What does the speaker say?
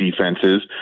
defenses